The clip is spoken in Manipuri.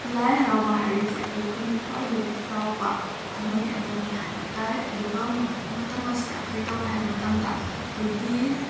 ꯂꯥꯏ ꯍꯔꯥꯎꯕ ꯍꯥꯏꯔꯤꯕꯁꯦ ꯑꯩꯈꯣꯏ ꯈꯨꯟꯒꯤ ꯈ꯭ꯋꯥꯏꯗꯒꯤ ꯆꯥꯎꯕ ꯀꯨꯝꯍꯩ ꯑꯃꯅꯤ ꯍꯥꯏꯕ ꯇꯏ ꯑꯗꯨꯒ ꯃꯇꯝ ꯑꯁꯤꯗ ꯀꯔꯤ ꯇꯧꯏ ꯍꯥꯏꯕ ꯃꯇꯝꯗ ꯑꯩꯈꯣꯏꯒꯤ